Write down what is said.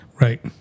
right